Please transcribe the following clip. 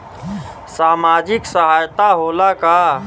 सामाजिक सहायता होला का?